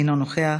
אינו נוכח,